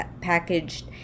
packaged